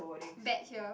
back here